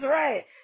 right